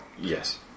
Yes